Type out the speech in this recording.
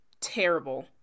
terrible